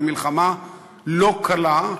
למלחמה לא קלה,